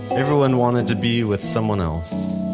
everyone wanted to be with someone else,